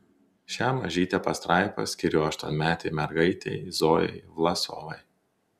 šią mažytę pastraipą skiriu aštuonmetei mergaitei zojai vlasovai